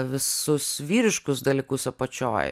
visus vyriškus dalykus apačioj